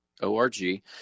O-R-G